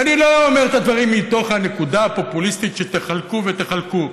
ואני לא אומר את הדברים מתוך הנקודה הפופוליסטית של: תחלקו ותחלקו.